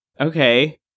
Okay